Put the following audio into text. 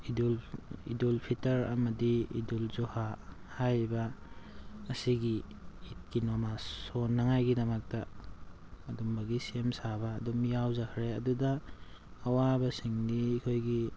ꯏꯗꯨꯜ ꯏꯗꯨꯜ ꯐꯤꯇꯔ ꯑꯃꯗꯤ ꯏꯗꯨꯜ ꯖꯨꯍꯥ ꯍꯥꯏꯔꯤꯕ ꯑꯁꯤꯒꯤ ꯅꯣꯃꯥꯖ ꯁꯣꯟꯅꯉꯥꯏꯒꯤꯗꯃꯛꯇ ꯑꯗꯨꯝꯕꯒꯤ ꯁꯦꯝ ꯁꯥꯕ ꯑꯗꯨꯝ ꯌꯥꯎꯖꯈ꯭ꯔꯦ ꯑꯗꯨꯗ ꯑꯋꯥꯕꯁꯤꯡꯗꯤ ꯑꯩꯈꯣꯏꯒꯤ